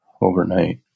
overnight